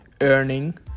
earning